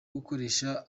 gukoresha